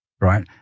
right